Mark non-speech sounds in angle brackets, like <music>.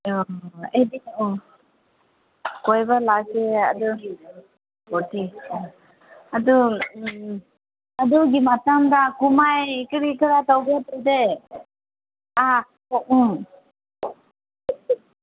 ꯑꯩꯗꯤ ꯑꯣ ꯀꯣꯏꯕ ꯂꯥꯛꯀꯦ ꯑꯗꯨ <unintelligible> ꯑꯗꯨ ꯑꯗꯨꯒꯤ ꯃꯇꯝꯗ ꯀꯨꯝꯍꯩ ꯀꯔꯤ ꯀꯔꯤ ꯇꯧꯒꯦ <unintelligible> ꯎꯝ ꯎꯝ